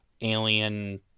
alien